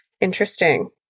Interesting